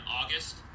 august